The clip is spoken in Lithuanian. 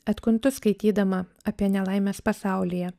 atkuntu skaitydama apie nelaimes pasaulyje